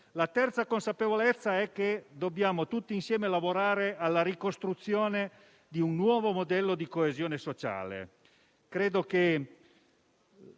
La terza consapevolezza è che tutti insieme dobbiamo lavorare alla ricostruzione di un nuovo modello di coesione sociale.